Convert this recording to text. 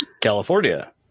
California